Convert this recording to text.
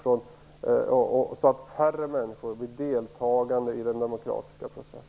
Färre människor blir delaktiga i den demokratiska processen.